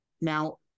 Now